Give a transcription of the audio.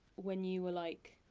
when you were like,